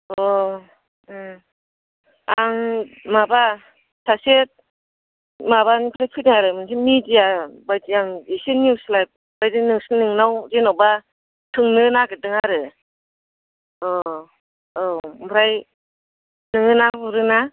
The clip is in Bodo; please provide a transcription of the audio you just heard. अ आं माबा सासे माबानिफ्राय फैदों आरो मोनसे मिडिया बायदि आं इसे निउस लाइभ बायदि नोंनाव जेनेबा सोंनो नागिरदों आरो अ' औ ओमफ्राय नोङो ना गुरो ना